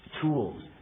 tools